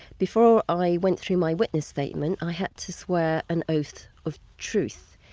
before i went through my witness statement, i had to swear an oath of truth.